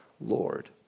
Lord